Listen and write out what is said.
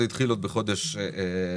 זה התחיל עוד בחודש דצמבר.